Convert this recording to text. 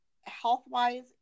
Health-wise